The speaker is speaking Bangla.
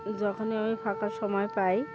যখনই আমি ফাঁকা সময় পাই